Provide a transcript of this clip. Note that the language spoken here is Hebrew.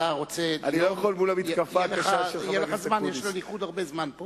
יהיה לך זמן, יש לליכוד הרבה זמן פה